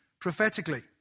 prophetically